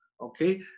Okay